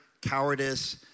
cowardice